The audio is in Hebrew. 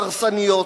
הרסניות,